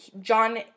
John